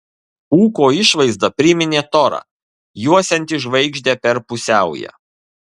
ūko išvaizda priminė torą juosiantį žvaigždę per pusiaują